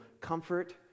comfort